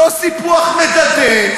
לא סיפוח מדדה,